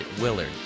Willard